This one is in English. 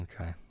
Okay